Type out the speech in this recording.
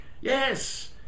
yes